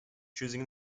choosing